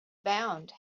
bound